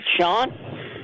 Sean